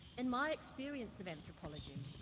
in my experience of anthropology,